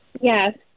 Yes